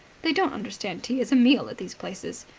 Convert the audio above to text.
they don't understand tea as a meal at these places,